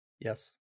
yes